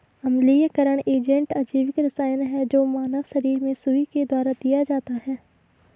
अम्लीयकरण एजेंट अजैविक रसायन है जो मानव शरीर में सुई के द्वारा दिया जाता है